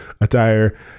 attire